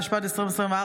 התשפ"ד 2024,